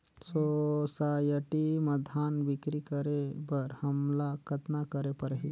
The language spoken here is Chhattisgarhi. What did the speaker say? सोसायटी म धान बिक्री करे बर हमला कतना करे परही?